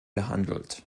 behandelt